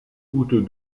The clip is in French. gouttes